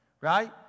Right